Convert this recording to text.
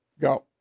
Go